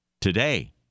today